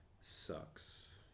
Sucks